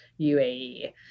UAE